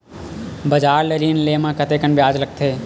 बजार ले ऋण ले म कतेकन ब्याज लगथे?